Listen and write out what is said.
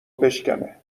بشکنه